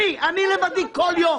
אני לבדי כל יום.